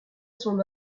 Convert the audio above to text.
son